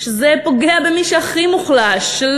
שזה פוגע במי שהכי מוחלש,